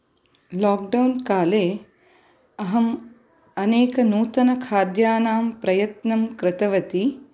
lockdown काले अहम् अनेक नूतनखाद्यानां प्रयत्नं कृतवती